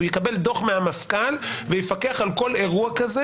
הוא יקבל דוח מהמפכ"ל ויפקח על כל אירוע כזה,